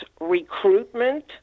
recruitment